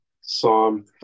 Psalm